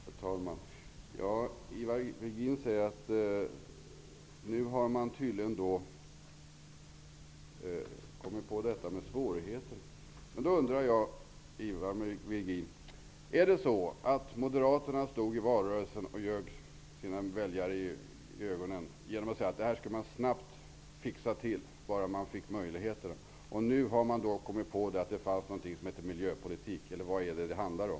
Herr talman! Ivar Virgin säger att man har kommit på att det finns svårigheter. Då undrar jag, Ivar Virgin: Stod Moderaterna i valrörelsen och ljög sina väljare rakt i ansiktet genom att säga att detta snabbt skulle fixas, bara det fanns möjligheter? Nu har man kommit på att det finns något som heter miljöpolitik. Vad handlar detta om?